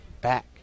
back